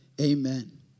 Amen